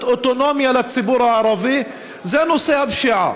בו אוטונומיה לציבור הערבי זה נושא הפשיעה.